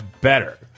better